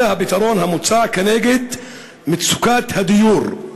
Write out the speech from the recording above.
זה הפתרון המוצע כנגד מצוקת הדיור.